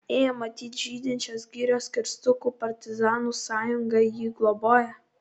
ė matyt žydinčios girios kirstukų partizanų sąjunga jį globoja